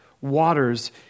waters